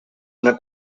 una